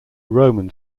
roman